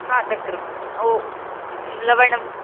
हा तक्रं ओ लवणं